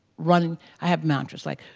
running i have mantras like,